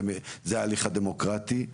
זה ההליך הדמוקרטי,